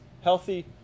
healthy